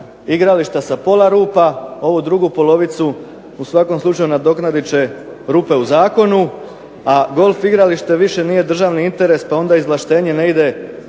igrališta sa pola rupa, ovu drugu polovicu u svakom slučaju nadoknadit će rupe u zakonu, a golf igralište više nije državni interes, pa onda izvlaštenje ne ide